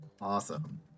Awesome